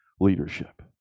leadership